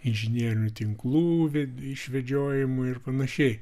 inžinerinių tinklų ved išvedžiojimui ir panašiai